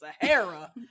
Sahara